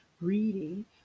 reading